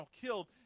killed